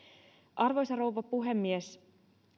arvoisa rouva puhemies